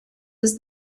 was